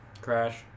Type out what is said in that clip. crash